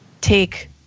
take